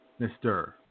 Mr